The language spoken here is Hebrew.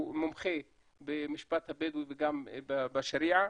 הוא מומחה במשפט הבדואי וגם בשריעה,